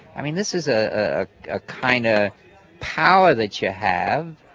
i mean, this is ah ah a kind of power that you have